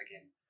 again